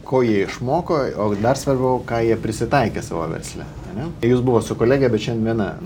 ko ji išmoko o dar svarbiau ką jie prisitaikė savo versle ane jūs buvot su kolege bet šiandien viena